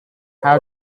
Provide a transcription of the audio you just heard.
how